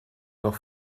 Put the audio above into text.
noch